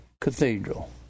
Cathedral